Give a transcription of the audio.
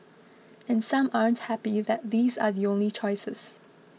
and some aren't happy that these are the only choices